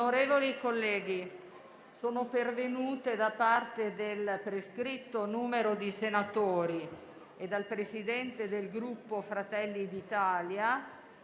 Onorevoli colleghi, sono pervenute, da parte del prescritto numero di senatori e dal presidente del Gruppo Fratelli d'Italia,